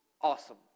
awesome